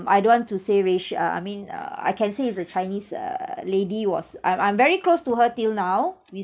I don't want to say racial uh I mean uh I can say it's a chinese uh lady was I'm I'm very close to her till now we